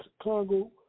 Congo